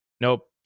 nope